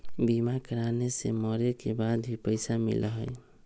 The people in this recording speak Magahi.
बीमा कराने से मरे के बाद भी पईसा मिलहई?